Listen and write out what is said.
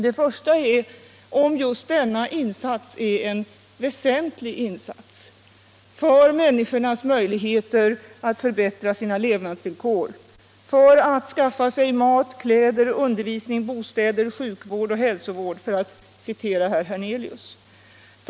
Det första är huruvida denna insats är väsentlig — för människornas möjligheter att förbättra sina levnadsvillkor, att skaffa sig mat, kläder, undervisning, bostäder, sjukvård och hälsovård, för att här citera herr Hernelius.